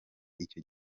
icyo